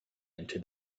into